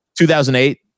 2008